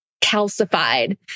calcified